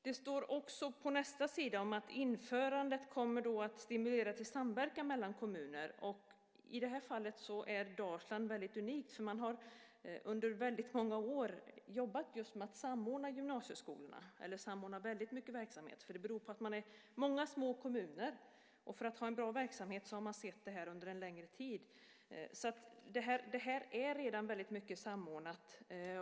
Det står också på nästa sida att införandet kommer att stimulera till samverkan mellan kommuner. I det här fallet är Dalsland unikt, för man har under väldigt många år jobbat med att samordna väldigt mycket verksamhet. Det beror på att man är många små kommuner. För att ha en bra verksamhet har man sett till det här under en längre tid. Det är redan väldigt mycket samordnat.